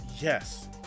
yes